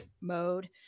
mode